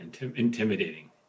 intimidating